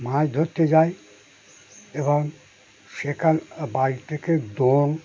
মাছ ধরতে যাই এবং সেখান বাড়ি থেকে দোন